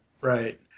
Right